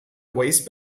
waste